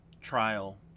trial